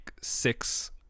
six